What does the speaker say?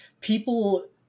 people